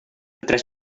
tres